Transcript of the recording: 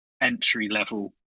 entry-level